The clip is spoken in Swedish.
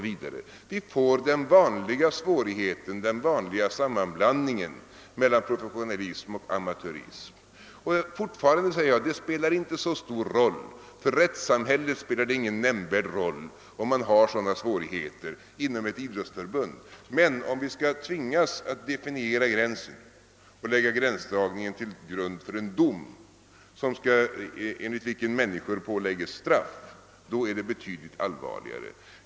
Vi får den vanliga svårigheten, den vanliga sammanblandningen mellan professionella och amatörer. För rättssamhället spelar det ingen nämnvärd roll om man har sådana svårigheter inom ett idrottsförbund, men om vi tvingas att definiera gränsen och lägga gränsdragningen till grund för en dom, enligt vilken människor skall åläggas straff, då är det betydligt allvarligare.